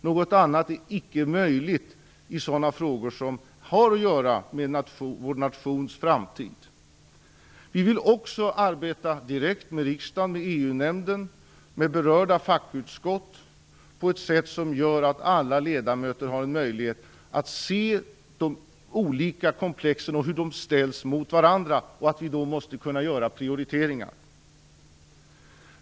Något annat är icke möjligt i sådana frågor som har att göra med vår nations framtid. Vi vill också arbeta direkt med riksdagen, med EU-nämnden och med de berörda fackutskotten, på ett sätt som gör att alla ledamöter har en möjlighet att se hur de olika komplexen ställs mot varandra, och hur vi då måste göra prioriteringar.